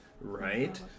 Right